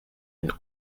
une